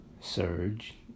surge